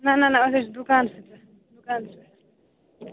نَہ نَہ نَہ أسۍ حَظ چھِ دُکنسٕے پٮ۪ٹھ دُکانٛس پٮ۪ٹھ